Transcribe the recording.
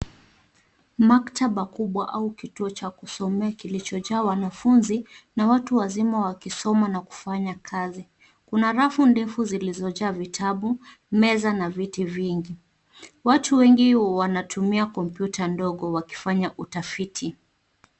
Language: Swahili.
Maktaba kubwa au kituo cha kusomea kilicho jaa wanafunzi na watu wazima wakisoma na kufanya kazi. Kuna rafu ndefu zilizo jaa vitabu meza na viti vingi. Watu wengi wanatumia kompyuta ndogo wakifanya utafiti.